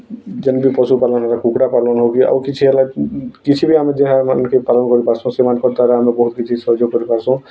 ଜେନ୍ବି ପଶୁ ପାଳନ୍ ହଉ କୁକୁଡ଼ା ପାଳନ ହଉ ଆଉ କିଛି ହେଲା କିଛି ବି ଆମେ ଯାହା ମାନ୍କେ ପାଳନ କରି ପାର୍ସୁଁ ସେମାନଙ୍କ ଦ୍ୱାରା ଆମେ ବହୁତ୍ କିଛି ସହଯୋଗ୍ କରି ପାର୍ସୁଁ